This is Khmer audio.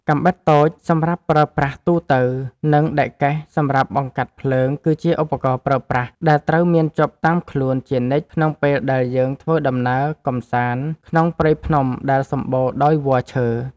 កាំបិតតូចសម្រាប់ប្រើប្រាស់ទូទៅ និង ដែកកេះសម្រាប់បង្កាត់ភ្លើងគឺជាឧបករណ៍ប្រើប្រាស់ដែលត្រូវមានជាប់តាមខ្លួនជានិច្ចក្នុងពេលដែលយើងធ្វើដំណើរកម្សាន្តក្នុងព្រៃភ្នំដែលសម្បូរដោយវល្លិឈើ។